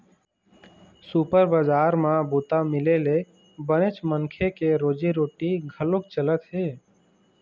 super बजार म बूता मिले ले बनेच मनखे के रोजी रोटी घलोक चलत हे